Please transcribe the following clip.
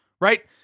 right